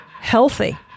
healthy